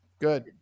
good